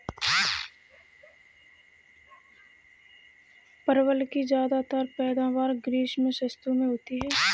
परवल की ज्यादातर पैदावार ग्रीष्म ऋतु में होती है